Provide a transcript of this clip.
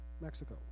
Mexico